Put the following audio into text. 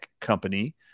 company